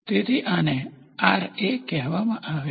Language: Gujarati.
તેથી આને કહેવામાં આવે છે